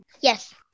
Yes